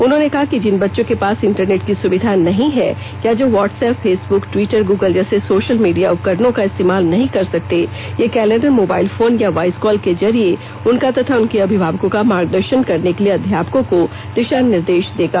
उन्होंने कहा कि जिन बच्चों के पास इंटरनेट की सुविधा नहीं है या जो व्हाटसएप फेसबूक टिवटर गूगल जैसे सोशल मीडिया उपकरणों का इस्तेमाल नहीं कर सकते ये कैलेंडर मोबाइल फोन या वॉइसकाल के जरिए उनका तथा उनके अभिभावकों का मार्गदर्शन करने के लिए आध्यापपकों को दिशा निर्देश देगा